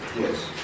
Yes